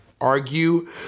argue